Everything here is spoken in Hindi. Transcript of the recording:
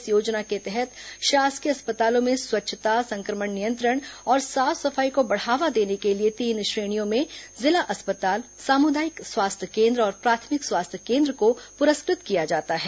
इस योजना के तहत शासकीय अस्पतालों में स्वच्छता संक्रमण नियंत्रण और साफ सफाई को बढ़ावा देने के लिए तीन श्रेणियों में जिला अस्पताल सामुदायिक स्वास्थ्य केन्द्र और प्राथमिक स्वास्थ्य केन्द्र को पुरस्कृत किया जाता है